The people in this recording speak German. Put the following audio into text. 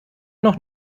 noch